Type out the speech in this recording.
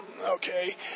Okay